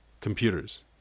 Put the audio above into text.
computers